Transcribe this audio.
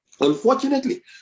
unfortunately